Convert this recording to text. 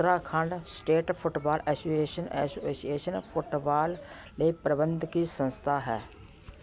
Uttarakhand state football association association football ਲਈ ਪ੍ਰਬੰਧਕੀ ਸੰਸਥਾ ਹੈ